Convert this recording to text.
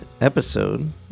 episode